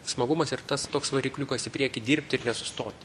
smagumas ir tas toks varikliukas į priekį dirbti ir nesustoti